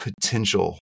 potential